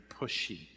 pushy